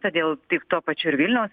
todėl tik tuo pačiu ir vilniaus